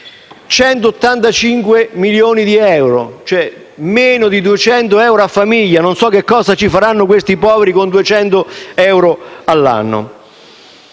185 milioni di euro, meno di 200 euro a famiglia. Non so cosa ci faranno questi poveri con 200 euro all'anno.